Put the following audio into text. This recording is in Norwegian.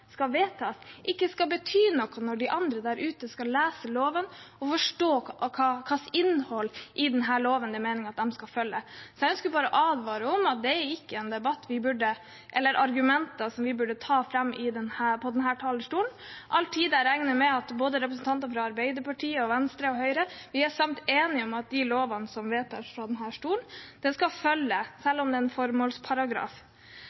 skal vedtas, ikke skal bety noe når andre der ute skal lese loven og forstå hva slags innhold i denne loven det er meningen at de skal følge. Jeg ønsker bare å advare mot at det ikke er argumenter vi burde ta fram på denne talerstolen, all den tid jeg regner med at representanter både fra Arbeiderpartiet, Venstre og Høyre er enige om at de lovene som vedtas fra